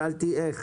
שאלתי איך